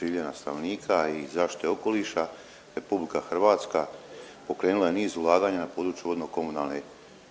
življenja stanovnika i zaštite okoliša Republika Hrvatska pokrenula je niz ulaganja na području vodno-komunalne